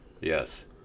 Yes